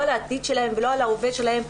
לא על העתיד שלהם ולא על ההווה שלהם.